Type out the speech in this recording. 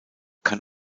kann